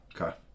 Okay